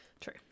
True